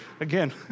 Again